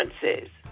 differences